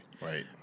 Right